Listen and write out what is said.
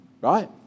right